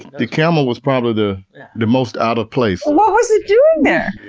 the camel was probably the the most out of place. what was it doing there!